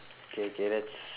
okay okay let's